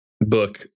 book